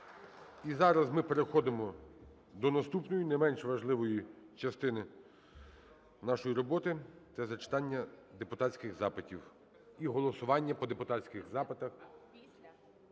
І зараз ми переходимо до наступної не менш важливої частини нашої роботи – це зачитання депутатських запитів і голосування по депутатських запитах.